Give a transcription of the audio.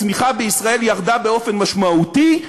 ירדה הצמיחה בישראל באופן משמעותי.